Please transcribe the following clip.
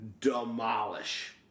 demolish